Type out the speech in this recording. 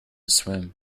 swim